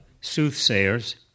soothsayers